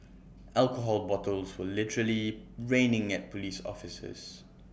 alcohol bottles were literally raining at Police officers